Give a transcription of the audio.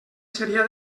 seria